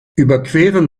überqueren